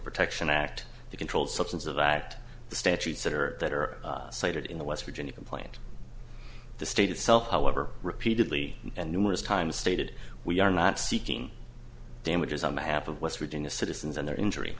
protection act the controlled substances act the statutes that are that are cited in the west virginia complaint the state itself however repeatedly and numerous times stated we are not seeking damages on behalf of west virginia citizens and their injury